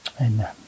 Amen